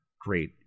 great